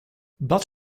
but